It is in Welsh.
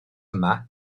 yma